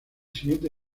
siguiente